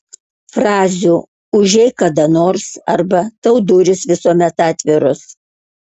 frazių užeik kada nors arba tau durys visuomet atviros